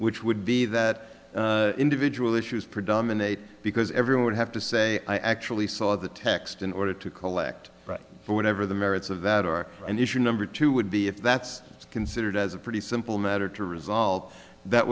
which would be that individual issues predominate because everyone would have to say i actually saw the text in order to collect whatever the merits of that or an issue number two would be if that's considered as a pretty simple matter to resolve that